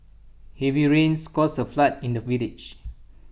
heavy rains caused A flood in the village